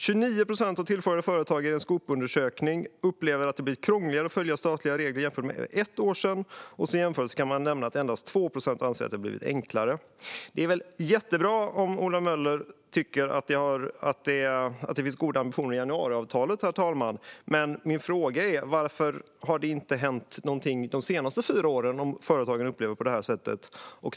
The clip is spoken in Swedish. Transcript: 29 procent av tillfrågade företag i en Skopundersökning upplever att de blivit krångligare att följa statliga regler jämfört med för ett år sedan. Som jämförelse kan nämnas att endast 2 procent anser att det har blivit enklare. Herr talman! Det är väl jättebra om Ola Möller tycker att det finns goda ambitioner i januariavtalet. Men min fråga är: Varför har det inte hänt någonting de senaste fyra åren om företagarna upplever det på det här sättet? Herr talman!